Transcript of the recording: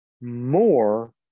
more